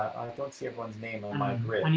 don't see everyone's name on my grid.